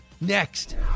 Next